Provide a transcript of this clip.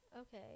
Okay